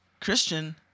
Christian